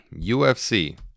UFC